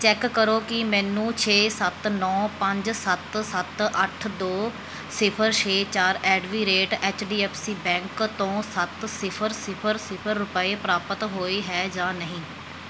check ਕਰੋ ਕਿ ਮੈਨੂੰ ਛੇ ਸੱਤ ਨੌਂ ਪੰਜ ਸੱਤ ਸੱਤ ਅੱਠ ਦੋ ਸਿਫ਼ਰ ਛੇ ਚਾਰ at the rate H D F C bank ਤੋਂ ਸੱਤ ਸਿਫ਼ਰ ਸਿਫ਼ਰ ਸਿਫ਼ਰ ਰੁਪਏ ਪ੍ਰਾਪਤ ਹੋਏ ਹੈ ਜਾਂ ਨਹੀਂ